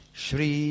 shri